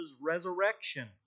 resurrection